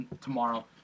Tomorrow